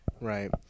Right